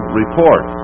report